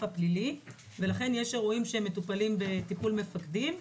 הפלילי ולכן יש אירועים שמטופלים בטיפול מפקדים.